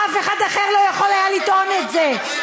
אף אחד אחר לא היה יכול לטעון את זה.